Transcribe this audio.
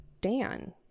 Dan